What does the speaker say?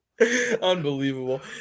Unbelievable